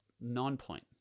non-point